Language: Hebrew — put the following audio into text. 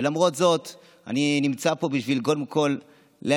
ולמרות זאת אני נמצא פה קודם כול בשביל